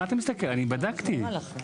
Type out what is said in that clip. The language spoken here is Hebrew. אני בדקתי.